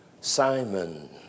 Simon